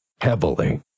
heavily